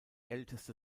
älteste